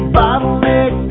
bottleneck